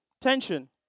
tension